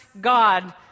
God